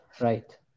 right